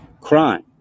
Crime